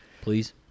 Please